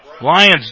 Lions